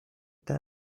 their